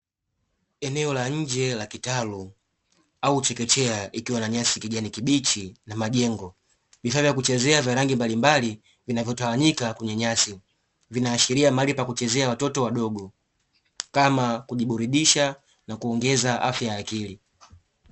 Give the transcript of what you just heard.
Eneo la nje la kitalu au chekechea ikiwa na nyasi za kijani kibichi na majengo, vifaa vya kuchezea vya rangi mbalimbali vinavyotawanyika kwenye nyasi; vinaashiria mahali pa kuchezea watoto wadogo, kama kujiburudisha na kuongeza afya ya akili.